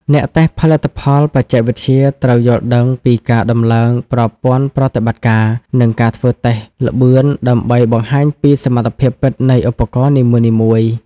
អ្នកតេស្តផលិតផលបច្ចេកវិទ្យាត្រូវយល់ដឹងពីការដំឡើងប្រព័ន្ធប្រតិបត្តិការ និងការធ្វើតេស្តល្បឿន ដើម្បីបង្ហាញពីសមត្ថភាពពិតនៃឧបករណ៍នីមួយៗ។